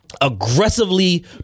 Aggressively